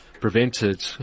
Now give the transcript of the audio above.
prevented